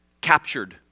captured